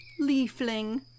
leafling